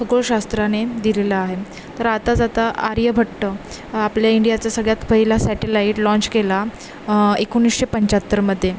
खगोलशास्त्राने दिलेलं आहे तर आताच आता आर्यभट्ट आपल्या इंडियाचा सगळ्यात पहिला सॅटेलाईट लाँच केला एकोणीसशे पंच्याहत्तरमध्ये